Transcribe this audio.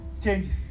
changes